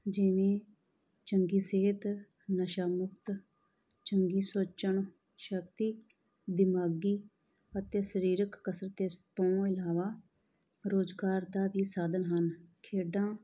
ਜਿਵੇਂ ਚੰਗੀ ਸਿਹਤ ਨਸ਼ਾ ਮੁਕਤ ਚੰਗੀ ਸੋਚਣ ਸ਼ਕਤੀ ਦਿਮਾਗੀ ਅਤੇ ਸਰੀਰਕ ਕਸਰਤ ਤੇ ਤੋਂ ਇਲਾਵਾ ਰੁਜ਼ਗਾਰ ਦਾ ਵੀ ਸਾਧਨ ਹਨ ਖੇਡਾਂ